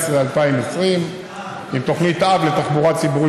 אז אומנם היום יעלה החוק לפיקוח המעונות אשר יזמה חברתי